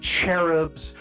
cherubs